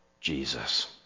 Jesus